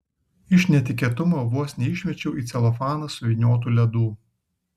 iš netikėtumo vos neišmečiau į celofaną suvyniotų ledų